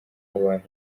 abantu